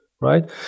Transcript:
right